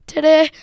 Today